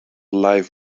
life